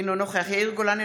אינו נוכח יאיר גולן,